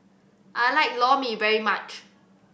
I like Lor Mee very much